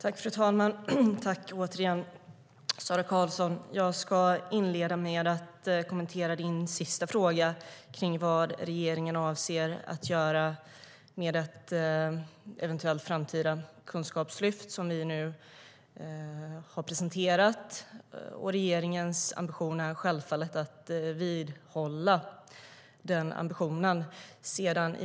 Fru talman! Tack återigen, Sara Karlsson! Jag ska inleda med att kommentera din fråga kring vad regeringen avser att göra med ett eventuellt framtida kunskapslyft, som vi nu har presenterat. Regeringen avser självfallet att vidhålla den ambitionen.